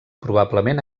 probablement